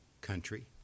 country